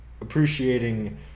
appreciating